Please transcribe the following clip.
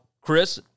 Chris